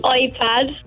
iPad